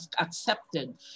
accepted